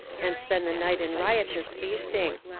and spend the night in riotous feasting.